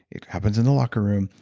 it happens in the locker room.